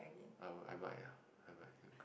I will I might ah I might